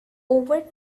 over